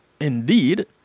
Indeed